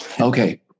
Okay